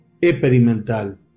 experimental